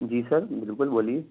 جی sir بالکل بولیے